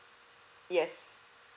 yes